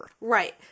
Right